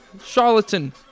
Charlatan